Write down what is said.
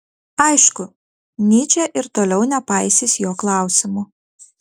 aišku nyčė ir toliau nepaisys jo klausimų